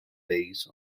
face